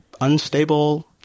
unstable